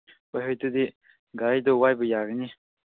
ꯍꯣꯏ ꯍꯩꯇꯨꯗꯤ ꯒꯥꯔꯤꯗꯨ ꯋꯥꯏꯕ ꯌꯥꯒꯅꯤ